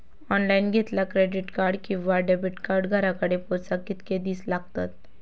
Online घेतला credit card किंवा debit card घराकडे पोचाक कितके दिस लागतत?